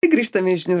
tai grįžtame į žinių